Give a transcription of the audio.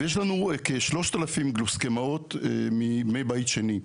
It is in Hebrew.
ויש לנו כ-3000 גלוקסמאות מימי בית שני.